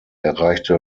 erreichte